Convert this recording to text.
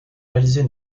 réaliser